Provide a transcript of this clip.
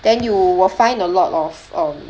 then you will find a lot of um